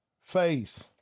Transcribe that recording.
faith